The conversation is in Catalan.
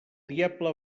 diable